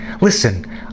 Listen